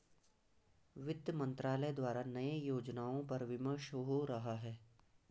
वित्त मंत्रालय द्वारा नए योजनाओं पर विमर्श हो रहा है